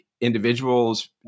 individuals